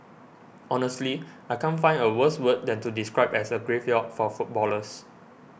honestly I can't find a worse word than to describe as a graveyard for footballers